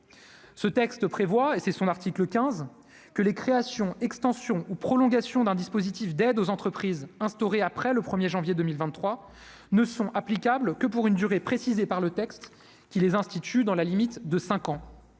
ce texte prévoit, et c'est son article 15 que les créations extension ou prolongation d'un dispositif d'aide aux entreprises, instauré après le 1er janvier 2023 ne sont applicables que pour une durée précisée par le texte qui les instituts dans la limite de 5 ans